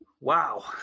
Wow